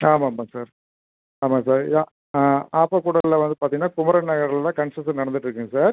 ஆமாம்மா சார் ஆமாம் சார் ஆப்பக்கூடலில் வந்து பார்த்திங்கனா குமரன் நகரில் தான் கன்ஸ்ட்ரக்ஷன் நடந்துட்ருக்குங்க சார்